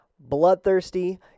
Bloodthirsty